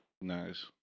Nice